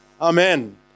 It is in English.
Amen